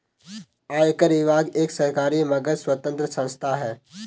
आयकर विभाग एक सरकारी मगर स्वतंत्र संस्था है